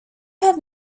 have